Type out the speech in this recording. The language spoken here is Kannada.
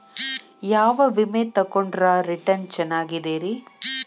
ಯಾವ ವಿಮೆ ತೊಗೊಂಡ್ರ ರಿಟರ್ನ್ ಚೆನ್ನಾಗಿದೆರಿ?